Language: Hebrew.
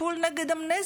טיפול נגד אמנזיה.